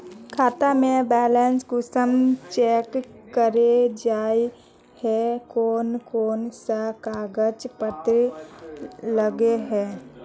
खाता में बैलेंस कुंसम चेक करे जाय है कोन कोन सा कागज पत्र लगे है?